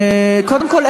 קודם כול,